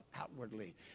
outwardly